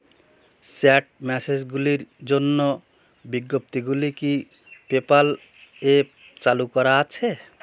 chat ম্যাসেজগুলির জন্য বিজ্ঞপ্তিগুলি কি পেপ্যাল এ চালু করা আছে